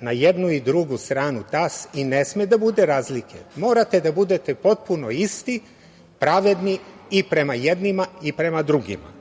na jednu i drugu stranu tas i ne sme da bude razlike. Morate da budete potpuno isti, pravedni i prema jednima i prema drugima.